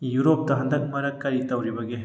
ꯏꯌꯨꯔꯣꯞꯇ ꯍꯟꯗꯛ ꯃꯔꯛ ꯀꯔꯤ ꯇꯧꯔꯤꯕꯒꯦ